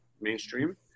mainstream